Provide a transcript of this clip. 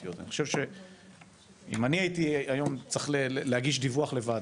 אני חשוב שאם אני הייתי היום צריך להגיש דיווח לוועדה,